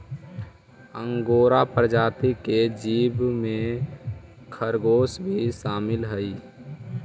angora प्रजाति के जीव में खरगोश भी शामिल हई